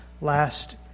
last